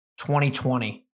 2020